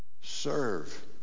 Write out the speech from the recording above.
serve